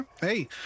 hey